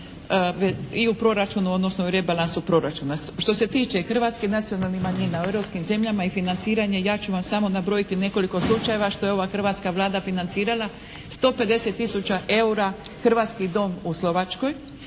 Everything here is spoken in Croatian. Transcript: u rebalansu proračuna. Što se tiče hrvatskih nacionalnih manjina u europskim zemljama i financiranje ja ću vam samo nabrojiti nekoliko slučajeva što je ova hrvatska Vlada financirala. 150 tisuća eura Hrvatski dom u Slovačkoj,